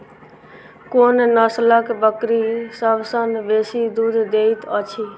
कोन नसलक बकरी सबसँ बेसी दूध देइत अछि?